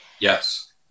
Yes